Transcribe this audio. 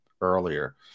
earlier